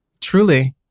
Truly